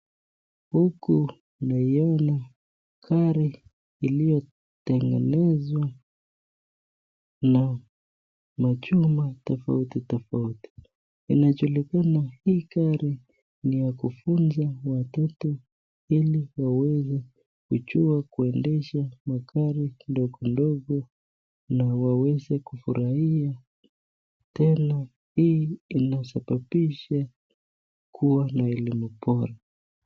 Huku ni yule gari iliyotengenezwa na machuma tofauti tofauti. Inajulikana hii gari ni ya kufunza watoto ili waweze kujua kuendesha magari ndogo ndogo na waweze kufurahia. Tena hii inasababisha kuwa na elimu bora.